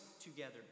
together